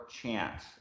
chance